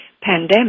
pandemic